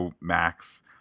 Max